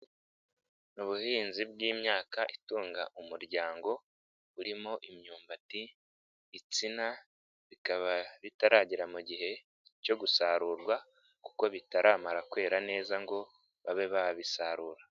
Ubuhinzi bw'imyaka itunga umuryango burimo imyumbati, itsina, bikaba bitaragera mu gihe cyo gusarurwa kuko bitaramara kwera neza ngo babe babisarura.